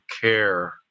care